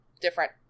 different